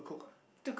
to cook